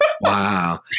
Wow